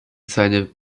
seine